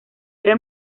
era